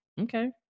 Okay